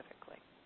specifically